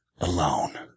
alone